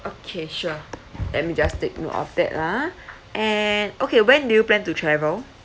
okay sure let me just take note of that a'ah and okay when do you plan to travel